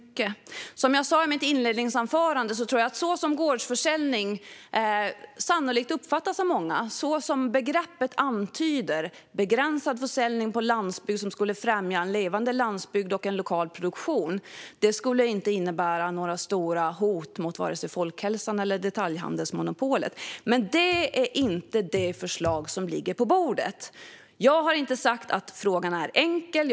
Fru ålderspresident! Jag sa detta i mitt inledningsanförande. Gårdsförsäljning uppfattas sannolikt av många som att det är begränsad försäljning på landsbygd, som skulle främja en levande landsbygd och en lokal produktion - det är det begreppet antyder. Det tror jag inte skulle innebära några stora hot mot vare sig folkhälsan eller detaljhandelsmonopolet. Men det är inte det förslag som ligger på bordet. Jag har inte sagt att frågan är enkel.